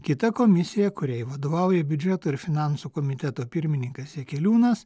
kita komisija kuriai vadovauja biudžeto ir finansų komiteto pirmininkas jakeliūnas